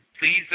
please